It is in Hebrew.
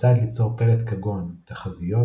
כיצד ליצור פלט כגון תחזיות,